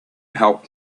help